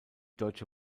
deutsche